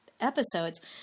episodes